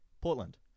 Portland